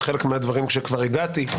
וחלק מהדברים כאשר כבר הגעתי.